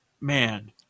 Man